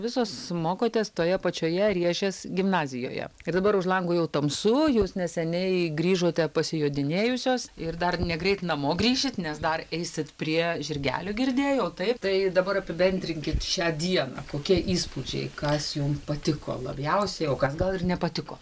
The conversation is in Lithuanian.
visos mokotės toje pačioje riešės gimnazijoje ir dabar už lango jau tamsu jūs neseniai grįžote pasijodinėjusios ir dar negreit namo grįšit nes dar eisit prie žirgelių girdėjau taip tai dabar apibendrinkit šią dieną kokie įspūdžiai kas jum patiko labiausiai o kas gal ir nepatiko